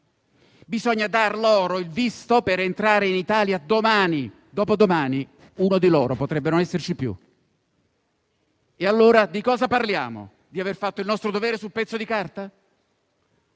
bisogna dar loro il visto per entrare in Italia domani perché dopodomani, uno di loro potrebbe non esserci più. Di cosa parliamo, allora? Di aver fatto il nostro dovere su un pezzo di carta?